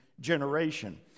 generation